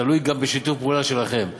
תלוי גם בשיתוף פעולה שלכם.